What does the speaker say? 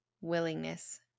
willingness